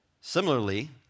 Similarly